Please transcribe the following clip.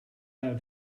out